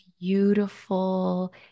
beautiful